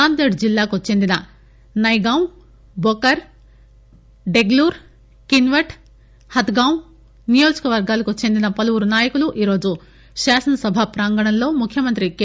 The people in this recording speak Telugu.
నాందేడ్ జిల్లాకు చెందిన నయ్ గావ్ బోకర్ డెగ్లూర్ కిన్వట్ హథ్ గావ్ నియోజకవర్గాలకు చెందిన పలువురు నాయకులు ఈరోజు శాసనసభ ప్రాంగణంలో ముఖ్యమంత్రి కె